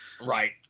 Right